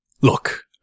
Look